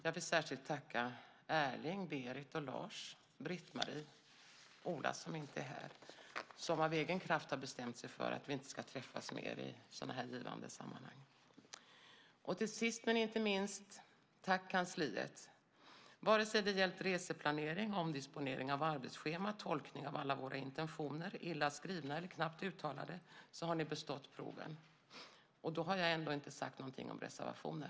Jag vill särskilt tacka Erling, Berit, Lars, Britt-Marie och Ola, som inte är här, som av egen kraft har bestämt sig för att vi inte ska träffas mer i sådana här givande sammanhang. Och sist men inte minst vill jag tacka kansliet. Vare sig det gällt reseplanering, omdisponering av arbetsschema, tolkning av alla våra intentioner, illa skrivna eller knappt uttalade, så har ni bestått proven. Och då har jag ändå inte sagt någonting om reservationer.